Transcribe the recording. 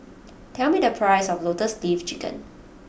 tell me the price of Lotus Leaf Chicken